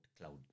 cloud